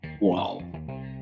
Wow